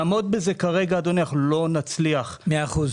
אנחנו לא נצליח לעמוד בזה כרגע.